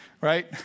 right